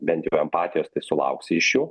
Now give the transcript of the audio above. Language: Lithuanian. bent jau empatijos tai sulauksi iš jų